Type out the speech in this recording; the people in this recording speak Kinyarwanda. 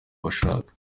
abashaka